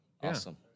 Awesome